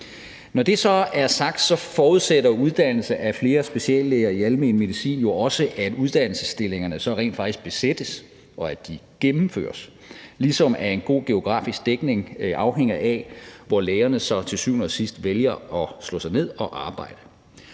Når det så er sagt, forudsætter uddannelse af flere speciallæger i almen medicin jo også, at uddannelsesstillingerne så rent faktisk besættes, og at de gennemføres, ligesom en god geografisk dækning afhænger af, hvor lægerne så til syvende og sidst vælger at slå sig ned og arbejde.